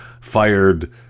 fired